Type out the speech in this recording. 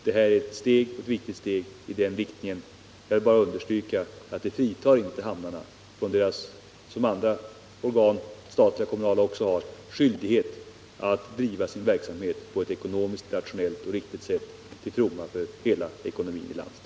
Detta är ett viktigt steg i den riktningen, men jag vill understryka att det inte fritar hamnarna från skyldigheten — vilken även andra organ har, såväl statliga som kommunala — att bedriva sin verksamhet på ett ekonomiskt rationellt och riktigt sätt, till fromma för hela landet.